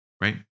right